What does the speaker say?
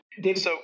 David